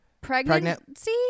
pregnancy